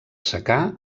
secà